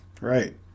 Right